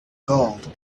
gold